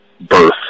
birth